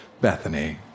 Bethany